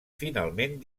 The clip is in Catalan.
finalment